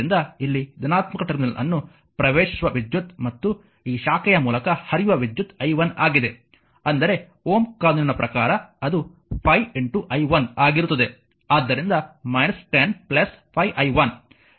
ಆದ್ದರಿಂದ ಇಲ್ಲಿ ಧನಾತ್ಮಕ ಟರ್ಮಿನಲ್ ಅನ್ನು ಪ್ರವೇಶಿಸುವ ವಿದ್ಯುತ್ ಮತ್ತು ಈ ಶಾಖೆಯ ಮೂಲಕ ಹರಿಯುವ ವಿದ್ಯುತ್ i 1 ಆಗಿದೆ ಅಂದರೆ Ω ಕಾನೂನಿನ ಪ್ರಕಾರ ಅದು 5 i 1 ಆಗಿರುತ್ತದೆ